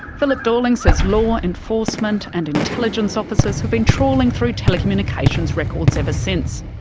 philip dorling says law enforcement and intelligence officers have been trawling through telecommunications records ever since.